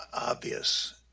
obvious